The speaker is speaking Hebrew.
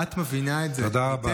את מבינה את זה היטב.